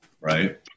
right